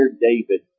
David